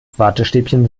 wattestäbchen